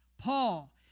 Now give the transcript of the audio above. Paul